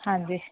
हाँ जी